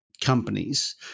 companies